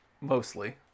mostly